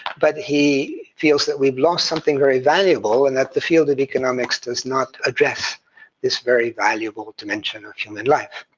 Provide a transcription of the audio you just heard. but he feels that we've lost something very valuable, and that the field of economics does not address this very valuable dimension of human life.